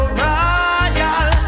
royal